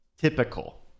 typical